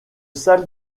salle